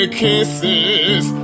kisses